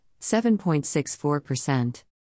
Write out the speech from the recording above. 7.64%